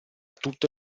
tutte